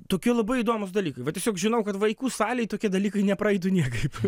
tokie labai įdomūs dalykai va tiesiog žinau kad vaikų salėj tokie dalykai nepraeitų niekaip